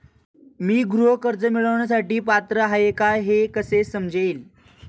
मी गृह कर्ज मिळवण्यासाठी पात्र आहे का हे कसे समजेल?